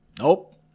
Nope